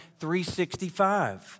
365